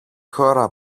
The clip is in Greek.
χώρα